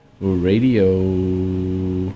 Radio